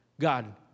God